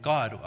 God